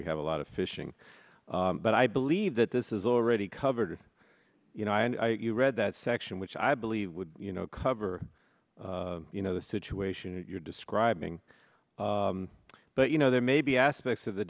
we have a lot of fishing but i believe that this is already covered you know and i you read that section which i believe would you know cover you know the situation you're describing but you know there may be aspects of the